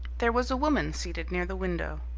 there was a woman seated near the window,